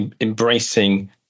Embracing